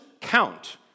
Count